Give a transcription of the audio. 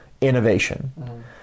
innovation